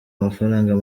amafaranga